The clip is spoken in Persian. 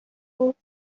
گفت